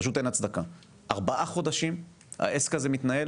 פשוט אין הצדקה, ארבעה חודשים העסק הזה מתנהל,